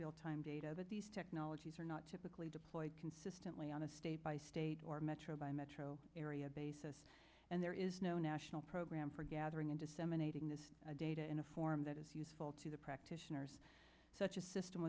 real time data but these technologies are not typically deployed consistently on a state by state or metro by metro area basis and there is no national program for gathering and disseminating this data in a form that is useful to the practitioners such a system